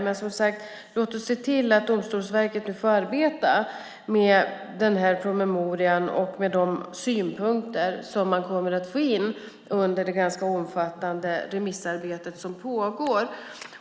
Men låt oss se till att Domstolsverket nu får arbeta med promemorian och med de synpunkter man kommer att få in under det ganska omfattande remissarbete som pågår.